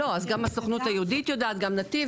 גם הסוכנות היהודית יודעת, גם נתיב.